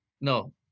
No